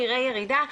נראה ירידה,